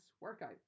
workout